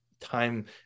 time